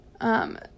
Um